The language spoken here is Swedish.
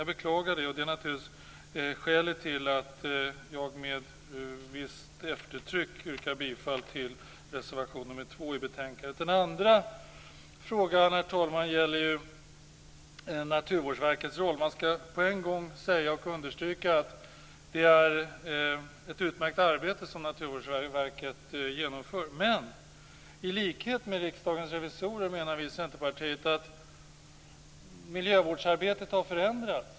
Jag beklagar det, och det är naturligtvis skälet till att jag med visst eftertryck yrkar bifall till reservation 2 i betänkandet. Den andra delen gäller Naturvårdsverkets roll. Jag skall på en gång säga och understryka att det är ett utmärkt arbete som Naturvårdsverket har genomfört. Men i likhet med Riksdagens revisorer menar vi i Centerpartiet att miljövårdsarbetet har förändrats.